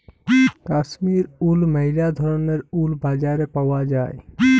Kashmir wool ম্যালা ধরলের wool বাজারে পাউয়া যায়